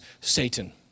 Satan